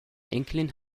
enkelin